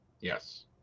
yes